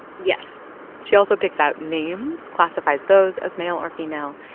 yes she also picks out names, classifies those as male or female.